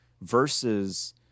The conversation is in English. versus